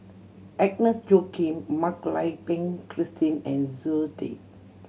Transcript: Agnes Joaquim Mak Lai Peng Christine and Zoe Tay